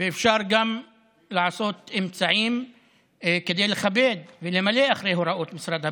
ואפשר גם לעשות אמצעים כדי לכבד ולמלא אחרי הוראות משרד הבריאות.